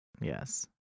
Yes